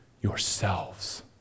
yourselves